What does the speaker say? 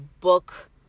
book